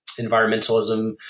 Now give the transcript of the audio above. environmentalism